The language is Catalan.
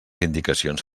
indicacions